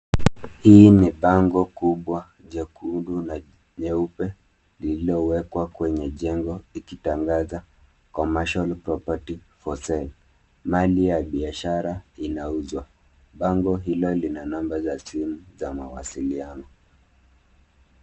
Hii ni bango kubwa jekundu na nyeupe lililowekwa kwenye jengo ikitangaza commercial property for sale . Mali ya biashara inauzwa. Bango hilo lina namba za simu za mawasiliano.